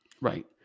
Right